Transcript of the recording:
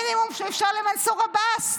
אפשר למנסור עבאס.